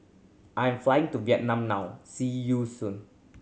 I am flying to Vietnam now see you soon